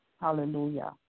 Hallelujah